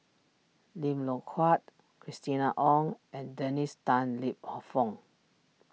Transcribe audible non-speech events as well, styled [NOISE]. Lim Loh Huat Christina Ong and Dennis Tan Lip [NOISE] Fong